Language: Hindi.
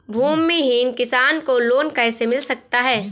भूमिहीन किसान को लोन कैसे मिल सकता है?